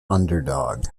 underdog